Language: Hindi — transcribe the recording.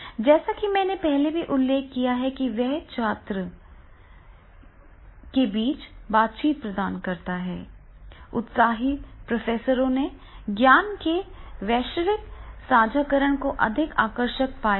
जैसा कि मैंने पहले ही उल्लेख किया है कि वे छात्रों के बीच बातचीत प्रदान करते हैं उत्साही प्रोफेसरों ने ज्ञान के वैश्विक साझाकरण को अधिक आकर्षक पाया है